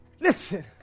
Listen